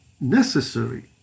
necessary